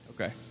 Okay